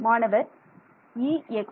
மாணவர் Ex